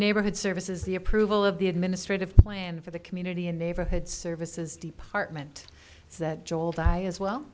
neighborhood services the approval of the administrative plan for the community and neighborhood services department as well